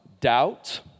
doubt